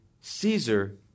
Caesar